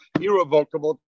Irrevocable